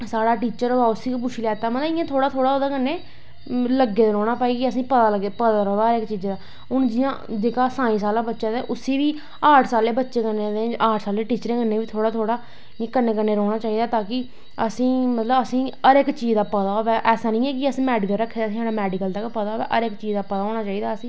साढ़ा टीचर होऐ उसी गै पुच्छी लैत्ता मतलव थोह्ड़ा थोह्ड़ा इयां लग्गे दे रौह्नां कि असेंगी पता रवै हर इक चीजे दा हून जेह्का साईंस आह्ला बच्चा ते उसी आर्टस आह्ले बच्चें ते आर्टस आह्ले टीचरें कन्नै बी थोह्ड़ा थोह्ड़ा इयां कन्नै कन्नै रौह्नां चाही दा ताकि मतलव असेंगी हर इक चीज दा पता होऐ ऐसा नी ऐ असेंगी हर इक चीज दा पता होऐ असै मैडिकल रक्खे दा छड़ा मैडिकल दा गै पता होऐ हर इक चीज दा पता होना चाही दा असेंगी